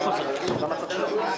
מסירים.